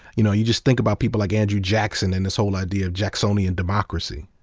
you know you just think about people like andrew jackson and this whole idea of jacksonian democracy.